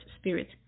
spirit